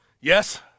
yes